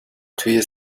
توی